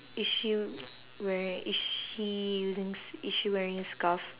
is she wearing is she using s~ is she wearing scarf